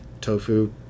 tofu